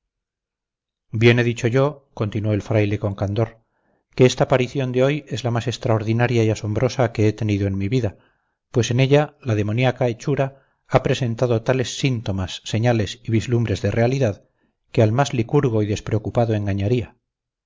he dicho yo continuó el fraile con candor que esta aparición de hoy es la más extraordinaria y asombrosa que he tenido en mi vida pues en ella la demoniaca hechura ha presentado tales síntomas señales y vislumbres de realidad que al más licurgo y despreocupado engañaría